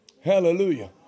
Hallelujah